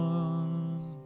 one